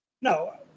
No